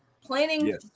planning